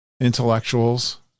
intellectuals